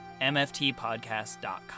mftpodcast.com